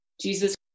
Jesus